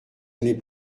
années